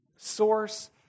source